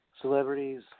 Celebrities